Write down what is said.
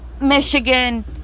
Michigan